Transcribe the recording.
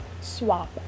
Swap